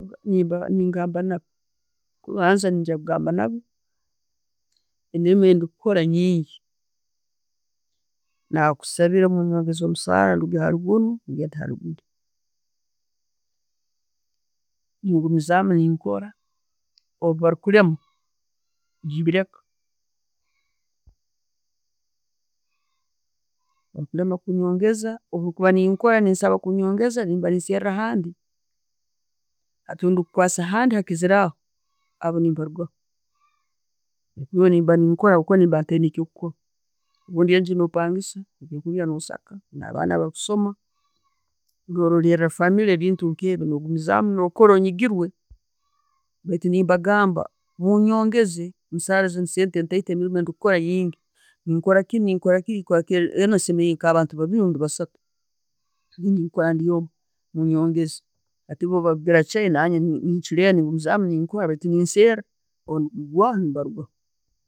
Ningamba nabo. Kubanza ningamba nabo emiriimu gywndikukora nyingi, nakusabaire munyongezze omusaala ogwaiguru. Ningumizamu ninkora, obikulema, nembireka. Ebikulema kunyogeza, obwenkuba ne'nkora nensaba kunyongeza, obukulema kunyongeza, obwenkuba nenkora nensaba kunyongeza mbanenseera handi, Hati bwendikukwasa hakiziraho, aho nemba nembarugaho, ninyowe mba nenkora habwokuba mba tayina kyokukora. Bundi enju no'pangisa, na'baana bakusoma, nororela family, ebintu nkebyo, nogumizamu no'kora omigirwe. Baitu nembagamba mnyongeze omusara, saha zino sente ntaito emilimu gyendikukora nyingi, nenkora kinu, na kinu, eno essemereire abantu nka babiiri orbundi basatu. Nenkora ndyomu, munyongeze. Hati bwe bagira chei, nanye nchulera ngumizamu ne'nseera, obwendigwaho nembarugaho.